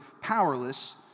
powerless